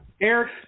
Eric